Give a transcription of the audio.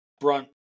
brunt